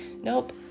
Nope